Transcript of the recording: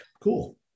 Cool